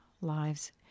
lives